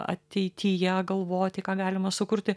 ateityje galvoti ką galima sukurti